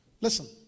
listen